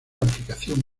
aplicación